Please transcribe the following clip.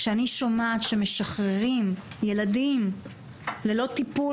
כשאני שומעת שמשחררים ילדים ללא טיפול